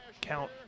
count